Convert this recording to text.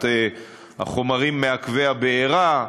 את החומרים מעכבי הבעירה,